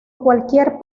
cualquier